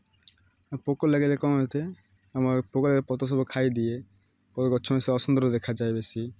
ପୋକ ଲାଗିଲେ କ'ଣ ହେଇଥାଏ ଆମର ପୋକ ଲାଗିଲେ ପତ୍ର ସବୁ ଖାଇଦିଏ ପତ୍ର ଗଛ ସେ ଅସୁନ୍ଦର ଦେଖାଯାଏ ବେଶୀ